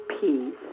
peace